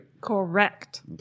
Correct